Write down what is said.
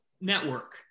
network